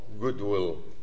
goodwill